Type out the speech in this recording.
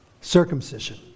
circumcision